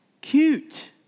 Cute